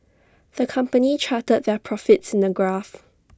the company charted their profits in A graph